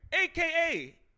aka